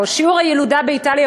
או שיעור הילודה באיטליה,